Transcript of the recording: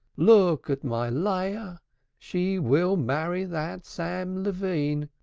look at my leah she will marry that sam levine,